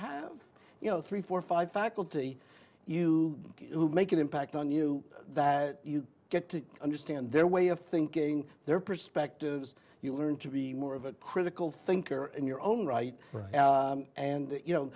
have you know three four five faculty you who make an impact on you that you get to understand their way of thinking their perspectives you learn to be more of a critical thinker in your own right and you know